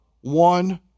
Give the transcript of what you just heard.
one